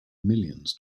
millions